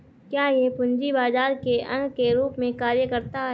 क्या यह पूंजी बाजार के अंग के रूप में कार्य करता है?